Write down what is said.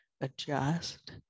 adjust